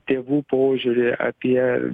tėvų požiūrį apie